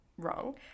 wrong